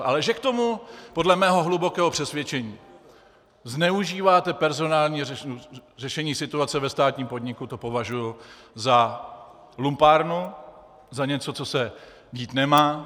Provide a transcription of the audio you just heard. Ale že k tomu podle mého hlubokého přesvědčení zneužíváte personální řešení situace ve státním podniku, to považuji za lumpárnu, za něco, co se dít nemá.